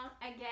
again